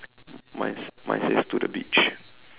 mine mine says to the beach